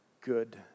good